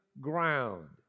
ground